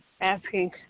asking